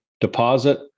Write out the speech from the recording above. deposit